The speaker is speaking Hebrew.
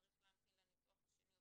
צריך להמתין לניתוח השני,